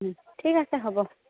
ঠিক আছে হ'ব